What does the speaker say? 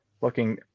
looking